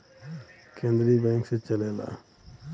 केन्द्रीय बैंक से चलेला